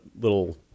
little